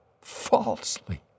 Falsely